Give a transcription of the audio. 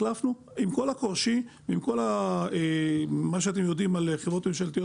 עם כל הקושי ומה שאתם יודעים על חברות ממשלתיות